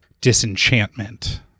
disenchantment